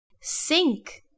sink